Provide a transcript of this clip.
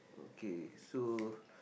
okay so